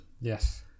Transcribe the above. Yes